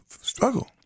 Struggle